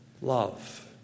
love